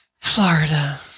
Florida